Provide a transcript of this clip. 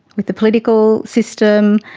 with the political system,